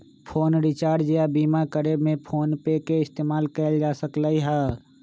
phone recharge या बीमा करे में फोनपे के इस्तेमाल कएल जा सकलई ह